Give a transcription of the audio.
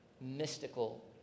mystical